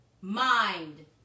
Mind